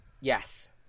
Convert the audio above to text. Yes